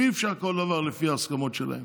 אי-אפשר כל דבר לפי ההסכמות שלהם.